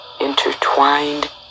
intertwined